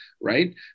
right